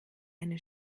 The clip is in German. eine